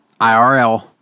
IRL